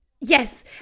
Yes